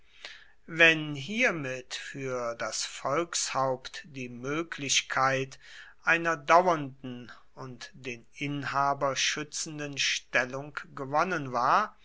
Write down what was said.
wenn hiermit für das volkshaupt die möglichkeit einer dauernden und den inhaber schützenden stellung gewonnen war